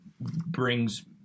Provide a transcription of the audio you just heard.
brings